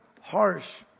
harsh